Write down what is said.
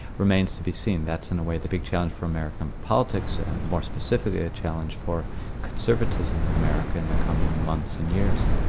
remains to be seen. that's in a way the big challenge for american politics, and more specifically a challenge for conservatism in america in the coming months and years.